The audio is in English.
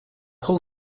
whole